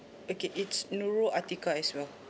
okay it's nurul atikah as well